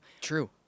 True